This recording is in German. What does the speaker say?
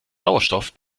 sauerstoff